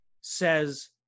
says